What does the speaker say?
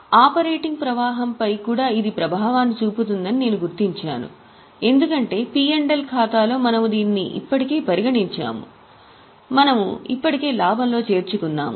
operating ప్రవాహంపై కూడా ఇది ప్రభావాన్ని చూపుతుందని నేను గుర్తించాను ఎందుకంటే పి ఎల్ ఖాతాలో మనము దీనిని ఇప్పటికే పరిగణించాము మనము ఇప్పటికే లాభంలో చేర్చుకున్నాము